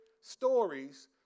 stories